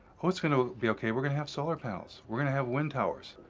oh, it's gonna be okay, we're gonna have solar panels. we're gonna have wind towers.